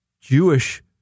Jewish